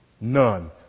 None